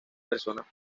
personas